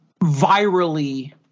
virally